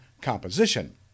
composition